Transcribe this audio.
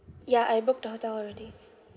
ya I booked the hotel already